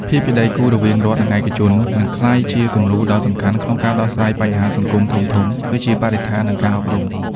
ភាពជាដៃគូរវាង រដ្ឋ និងឯកជន នឹងក្លាយជាគំរូដ៏សំខាន់ក្នុងការដោះស្រាយបញ្ហាសង្គមធំៗ ដូចជាបរិស្ថាន និងការអប់រំ។